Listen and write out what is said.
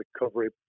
recovery